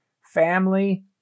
family